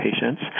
patients